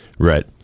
Right